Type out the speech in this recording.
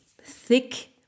thick